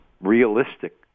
realistic